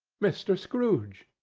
mr. scrooge.